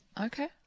Okay